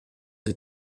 des